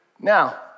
Now